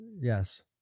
Yes